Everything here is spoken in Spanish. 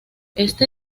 este